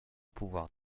pouvoir